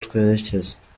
twerekeza